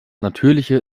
natürliche